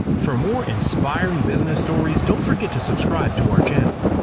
for more inspiring business stories don't forget to subscribe to our channel.